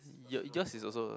yours yours is also